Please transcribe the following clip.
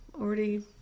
already